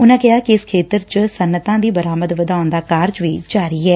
ਉਨੂਾ ਕਿਹਾ ਕਿ ਇਸ ਖੇਤਰ ਚ ਸਨੱਅਤਾਂ ਦੀ ਬਰਾਮਦ ਵਧਾਉਣ ਦਾ ਕਾਰਜ ਵੀ ਜਾਰੀ ਐ